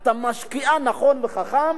אתה משקיע נכון וחכם,